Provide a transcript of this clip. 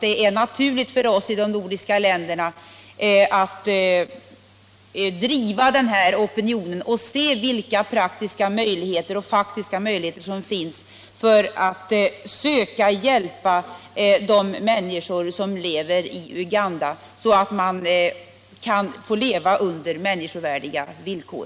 Det är naturligt för oss i de nordiska länderna att driva en sådan opinionsbildning och se vilka praktiska och faktiska möjligheter som finns för att söka hjälpa invånarna i Uganda så att de kan få leva under människorvärdiga villkor.